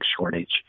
shortage